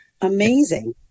amazing